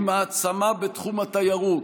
היא מעצמה בתחום התיירות.